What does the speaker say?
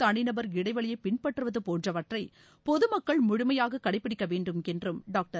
தனிநபர் இடைவெளியைபின்பற்றுவதபோன்றவற்றைபொதுமக்கள் முழுமையாககடைப்பிடிக்கவேண்டும் என்றும் டாக்டர்